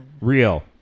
Real